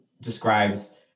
describes